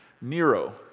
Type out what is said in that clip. Nero